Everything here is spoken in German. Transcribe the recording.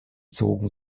zogen